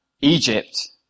Egypt